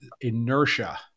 inertia